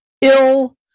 ill